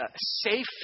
safe